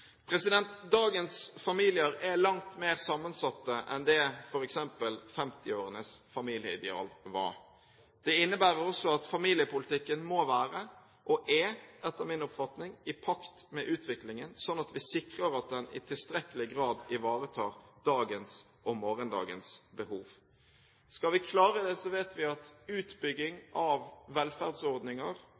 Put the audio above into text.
Dagens familier er langt mer sammensatte enn f.eks. det 1950-årenes familieideal var. Det innebærer at familiepolitikken etter min oppfatning må være – og er – i pakt med utviklingen, slik at vi sikrer at den i tilstrekkelig grad ivaretar dagens og morgendagens behov. Skal vi klare det, vet vi at utbygging av velferdsordninger